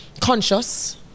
conscious